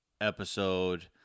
episode